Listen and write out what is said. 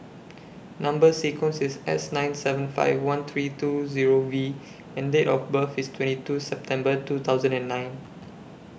Number sequence IS S nine seven five one three two Zero V and Date of birth IS twenty two September two thousand and nine